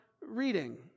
reading